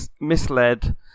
misled